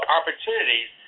opportunities